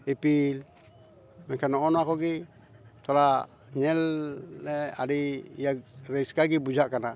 ᱤᱯᱤᱞ ᱢᱮᱱᱠᱷᱟᱱ ᱱᱚᱜᱼᱚ ᱱᱚᱣᱟ ᱠᱚᱜᱮ ᱛᱷᱚᱲᱟ ᱧᱮᱞ ᱨᱮ ᱟᱹᱰᱤ ᱤᱭᱟᱹ ᱨᱟᱹᱥᱠᱟᱹᱜᱮ ᱵᱩᱡᱷᱟᱹᱜ ᱠᱟᱱᱟ